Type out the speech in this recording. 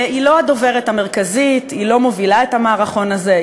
והיא לא הדוברת המרכזית והיא לא מובילה את המערכון הזה,